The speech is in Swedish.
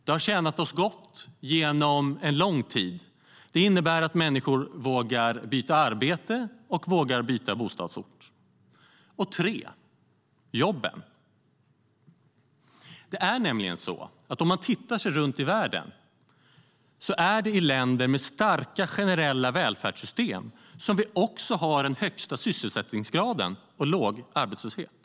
Det har tjänat oss väl under en lång tid och innebär att människor vågar byta arbete och bostadsort. Det är bättre för jobben. Om man tittar sig om i världen är det i länder med starka generella välfärdssystem man har den högsta sysselsättningsgraden och låg arbetslöshet.